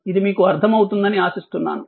ఇది మీకు అర్థమవుతుందని ఆశిస్తున్నాను